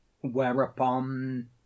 whereupon